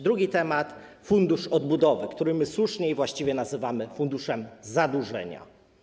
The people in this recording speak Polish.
Drugi temat: Fundusz Odbudowy, który my słusznie i właściwie nazywamy funduszem zadłużenia.